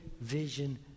vision